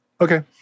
okay